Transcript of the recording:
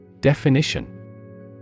Definition